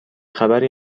خبری